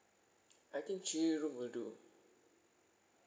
I think three room will do